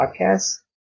Podcast